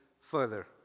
further